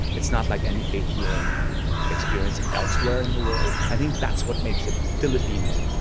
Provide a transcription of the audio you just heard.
it's not like any faith healing experience elsewhere in the world. i think that's what makes it filipino